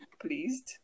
pleased